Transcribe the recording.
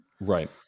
Right